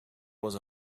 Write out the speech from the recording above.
was